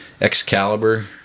Excalibur